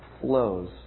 flows